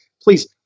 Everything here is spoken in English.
please